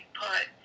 put